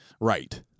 Right